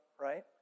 right